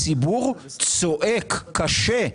הציבור צועק שקשה.